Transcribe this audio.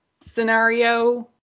scenario